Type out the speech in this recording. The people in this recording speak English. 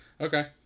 Okay